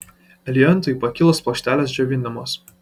eliuentui pakilus plokštelės džiovinamos